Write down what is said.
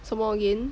什么 again